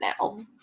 now